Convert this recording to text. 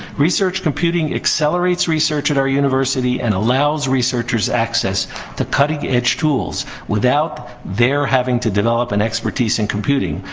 research computing accelerates research at our university and allows researchers access to cutting edge tools without their having to develop an expertise in computing,